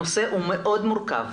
הנושא הוא מאוד מורכב.